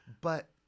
But-